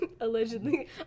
Allegedly